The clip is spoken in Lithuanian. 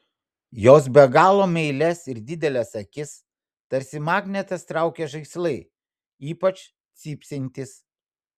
jos be galo meilias ir dideles akis tarsi magnetas traukia žaislai ypač cypsintys